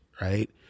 right